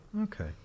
okay